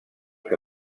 que